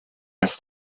als